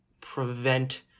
prevent